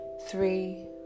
three